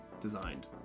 designed